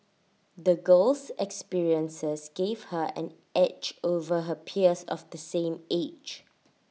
the girl's experiences gave her an edge over her peers of the same age